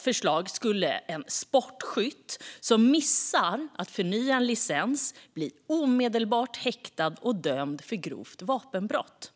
förslag skulle en sportskytt som missar att förnya en licens bli omedelbart häktad och dömd för grovt vapenbrott.